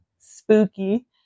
Spooky